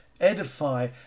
edify